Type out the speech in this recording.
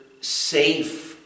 safe